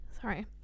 Sorry